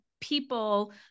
people